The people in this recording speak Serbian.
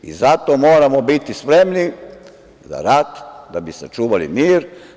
I zato moramo biti spremni za rat, da bi sačuvali mir.